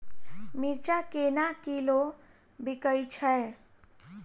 मिर्चा केना किलो बिकइ छैय?